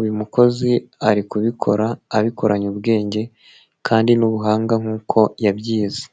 uyu mukozi ari kubikora abikoranye ubwenge kandi n'ubuhanga nk'uko yabyize.